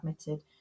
admitted